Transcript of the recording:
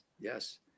yes